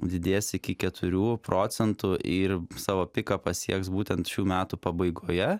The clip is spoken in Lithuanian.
didės iki keturių procentų ir savo piką pasieks būtent šių metų pabaigoje